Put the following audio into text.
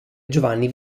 giovanni